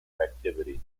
activity